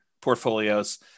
portfolios